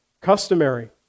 customary